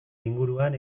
inguruan